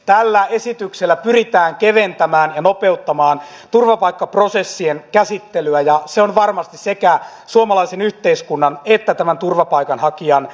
tällä esityksellä pyritään keventämään ja nopeuttamaan turvapaikkaprosessien käsittelyä ja se on varmasti sekä suomalaisen yhteiskunnan että turvapaikanhakijan etu